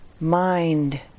mind